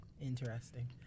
interesting